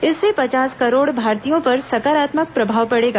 इससे पचास करोड़ भारतीयों पर सकारात्मक प्रभाव पड़ेगा